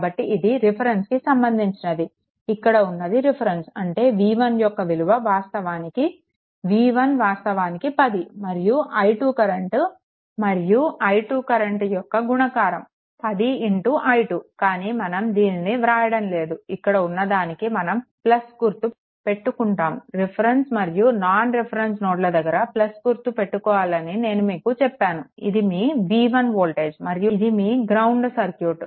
కాబట్టి ఇది రిఫరెన్స్ కి సంబంధించినది ఇక్కడ ఉన్నది రిఫరెన్స్ అంటే V1 యొక్క విలువ వాస్తవానికి v1 వాస్తవానికి 10 మరియు i2 కరెంట్ యొక్క గుణకారము 10 i2 కానీ మనం దీనిని వ్రాయడం లేదు ఇక్కడ ఉన్న దానికి మనం గుర్తు పెట్టుకుంటాము రిఫరెన్స్ మరియు నాన్ రిఫరెన్స్ నోడ్ల దగ్గర గుర్తు పెట్టుకోవాలని నేను మీకు చెప్పాను ఇది మీ v1 వోల్టేజ్ మరియు ఇది మీ గ్రౌండ్ సర్క్యూట్